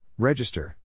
Register